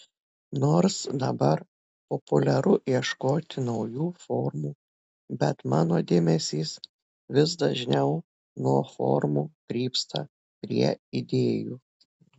nors dabar populiaru ieškoti naujų formų bet mano dėmesys vis dažniau nuo formų krypsta prie idėjų